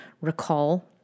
recall